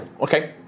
Okay